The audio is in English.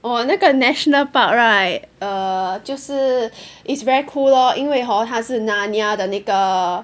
oh 那个 national park right err 就是 it's very cool lor 因为 hor 他是 Narnia 的那个